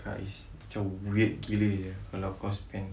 kakak is macam weird gila sia kalau kau spam